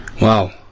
Wow